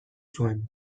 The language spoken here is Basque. zuen